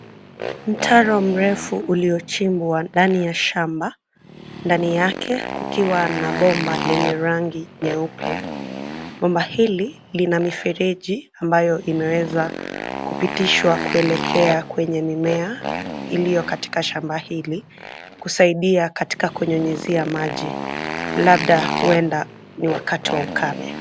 Mtaro mrefu uliochimbwa ndani ya shamba. Ndani yake kukiwa na bomba lenye rangi nyeupe. Bomba hili lina mifereji ambayo imeweza kupitishwa kuelekea kwenye mimea iliyo katika shamba hili, kusaidia katika kunyunyizia maji labda huenda ni wakati wa ukame.